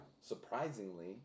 surprisingly